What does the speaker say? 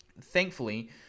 Thankfully